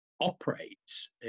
operates